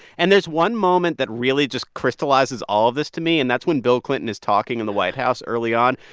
and there's one moment that really just crystallizes all of this to me, and that's when bill clinton is talking in the white house early on.